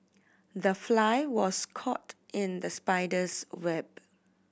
the fly was caught in the spider's web